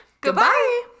Goodbye